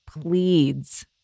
pleads